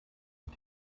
und